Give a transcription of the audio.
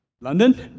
London